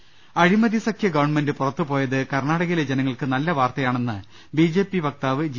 ് അഴിമതി സഖ്യ ഗവൺമെന്റ് പുറത്തുപോയത് കർണാടകയിലെ ജനങ്ങൾക്ക് നല്ല വാർത്തയാണെന്ന് ബി ജെ പി വക്താവ് ജി